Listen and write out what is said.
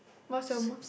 what's your most